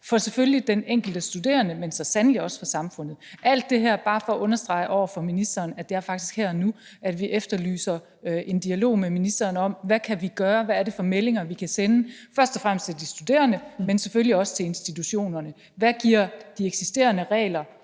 – selvfølgelig for den enkelte studerende, men så sandelig også for samfundet. Alt det her siger jeg bare for at understrege over for ministeren, at det faktisk er her og nu, at vi efterlyser en dialog med ministeren om, hvad vi kan gøre, hvad det er for meldinger, vi kan sende først og fremmest til de studerende, men selvfølgelig også til institutionerne. Hvad giver de eksisterende regler